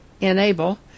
Enable